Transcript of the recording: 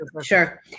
Sure